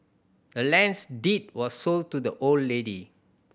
the land's deed was sold to the old lady